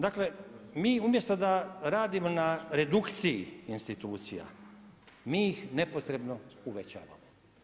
Dakle, mi umjesto da radimo na redukciji institucija, mi ih nepotrebno uvećavamo.